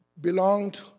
belonged